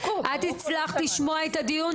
האם גם את הצלחת לשמוע את הדיון?